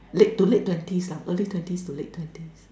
late to late twenties uh early twenties to late twenties